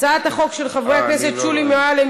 הצעת החוק של חברי הכנסת שולי מועלם,